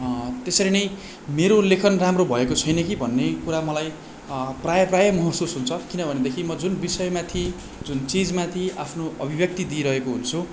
त्यसरी नै मेरो लेखन राम्रो भएको छैन कि भन्ने कुरा मलाई प्रायः प्रायः महसुस हुन्छ किनभनेदेखि मैले जुन विषयमाथि जुन चिजमाथि आफ्नो अभिव्यक्ति दिइरहेको हुन्छु